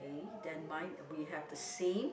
then mine we have the same